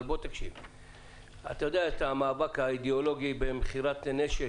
אבל אתה יודע את המאבק האידיאולוגי במכירת נשק